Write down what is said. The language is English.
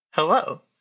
Hello